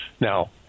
Now